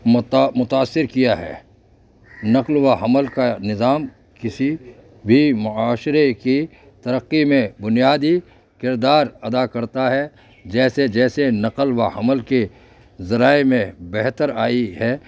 متا متاثر کیا ہے نقل و حمل کا نظام کسی بھی معاشرے کی ترقی میں بنیادی کردار ادا کرتا ہے جیسے جیسے نقل و حمل کے ذرائع میں بہتر آئی ہے